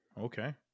Okay